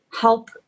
help